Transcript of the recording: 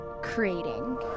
creating